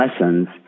lessons